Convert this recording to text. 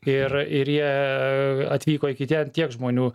ir ir jie atvyko iki ten tiek žmonių